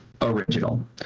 original